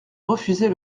refuser